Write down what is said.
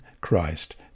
Christ